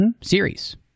series